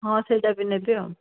ହଁ ସେଟା ବି ନେବି ଆଉ